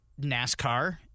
NASCAR